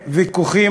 היו ויכוחים,